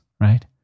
right